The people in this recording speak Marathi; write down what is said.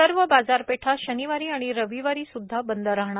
सर्व बाजारपेठा शनिवारी आणि रविवारी सुदधा बंद राहणार